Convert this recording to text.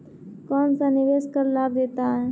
कौनसा निवेश कर लाभ देता है?